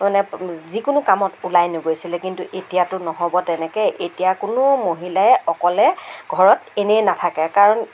মানে যিকোনো কামত ওলাই নগৈছিল কিন্তু এতিয়াটো নহ'ব তেনেকে এতিয়া কোনো মহিলাই অকলে ঘৰত এনেই নাথাকে কাৰণ